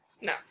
No